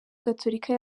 gaturika